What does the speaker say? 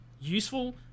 useful